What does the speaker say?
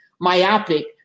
myopic